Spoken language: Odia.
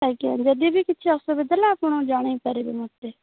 ଆଜ୍ଞା ଯଦି ବି କିଛି ଅସୁବିଧା ହେଲା ଆପଣ ଜଣେଇପାରିବେ ମୋତେ